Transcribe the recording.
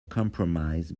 compromise